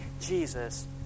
Jesus